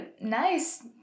nice